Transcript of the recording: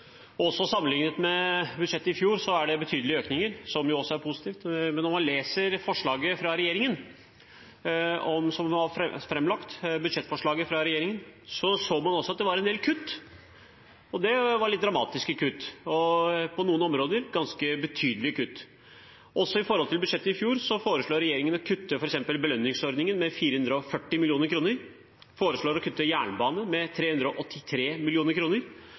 Også sammenliknet med budsjettet i fjor er det betydelige økninger, noe som også er positivt. Da man leste budsjettforslaget fra regjeringen, så man at det også var en del kutt. Det var litt dramatiske kutt, og på noen områder ganske betydelige kutt. I forhold til budsjettet i fjor foreslår regjeringen f.eks. å kutte belønningsordningen med 440 mill. kr, de foreslår kutt til jernbane med 383